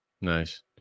nice